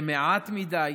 זה מעט מדי,